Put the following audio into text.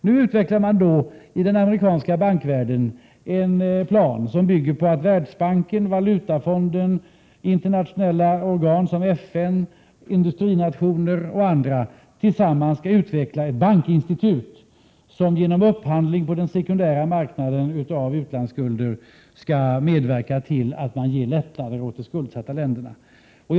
Inom den amerikanska bankvärlden utvecklar man nu en plan som bygger på att Världsbanken, Valutafonden, internationella organ som FN, industrinationer och andra tillsammans skall utveckla ett bankinstitut som genom upphandling av utlandsskulder på den sekundära marknaden skall medverka till att de skuldsatta länderna ges lättnader.